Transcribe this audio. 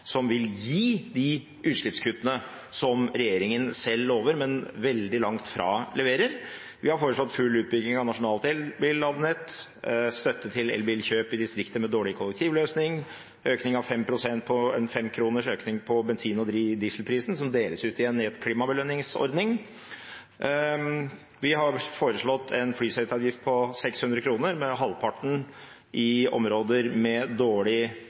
som vil gi de utslippskuttene som regjeringen selv lover, men som de er veldig langt fra å levere. Vi har foreslått full utbygging av nasjonalt elbil-ladenett, støtte til elbilkjøp i distrikter med dårlig kollektivløsning, en femkroners økning av bensinprisen og dieselprisen, som deles ut igjen i en klimabelønningsordning. Vi har foreslått en flyseteavgift på 600 kr, halvparten av det i områder med dårlig